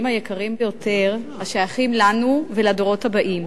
היקרים ביותר השייכים לנו ולדורות הבאים.